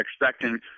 expecting